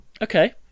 Okay